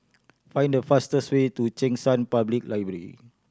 find the fastest way to Cheng San Public Library